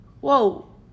whoa